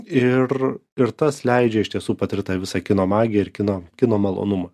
ir ir tas leidžia iš tiesų patirt tą visą kino magiją ir kino kino malonumą